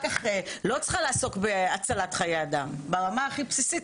כך לא צריכה לעסוק בהצלת חיי אדם ברמה הכי בסיסית,